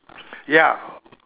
ya